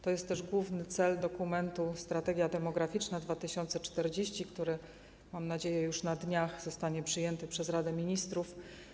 To też główny cel dokumentu ˝Strategia demograficzna 2040˝, który - mam nadzieję - już na dniach zostanie przyjęty przez Radę Ministrów.